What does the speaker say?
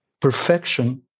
perfection